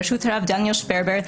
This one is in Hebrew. ברשות הרב דניאל שפרבר,